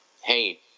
hey